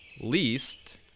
least